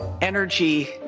energy